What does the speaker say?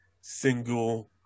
single